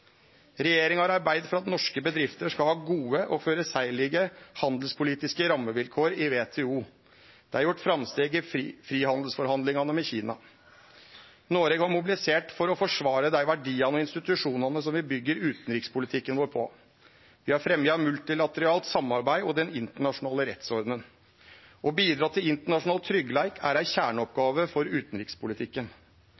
Regjeringa har arbeidd for at norske bedrifter skal ha gode og føreseielege handelspolitiske rammevilkår i WTO. Det er gjort framsteg i frihandelsforhandlingane med Kina. Noreg har mobilisert for å forsvare dei verdiane og institusjonane som vi byggjer utanrikspolitikken vår på. Vi har fremja multilateralt samarbeid og den internasjonale rettsordenen. Å bidra til internasjonal tryggleik er ei